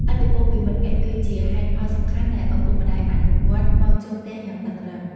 ឥទ្ធិពលពីមិត្តភក្តិគឺជាហេតុផលសំខាន់ដែលឪពុកម្តាយអនុវត្តម៉ោងចូលផ្ទះយ៉ាងតឹងរឹង។